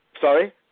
sorry